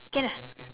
can ah